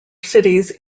cities